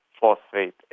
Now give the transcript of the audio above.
phosphate